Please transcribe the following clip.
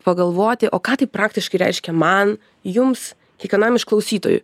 pagalvoti o ką tai praktiškai reiškia man jums kiekvienam iš klausytojų